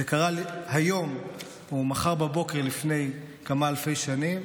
זה קרה היום או מחר בבוקר לפני כמה אלפי שנים.